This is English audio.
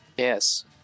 Yes